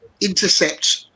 intercept